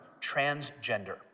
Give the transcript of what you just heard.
transgender